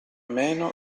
meno